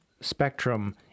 spectrum